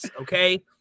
Okay